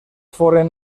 foren